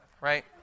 right